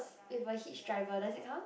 if a hitch driver does it count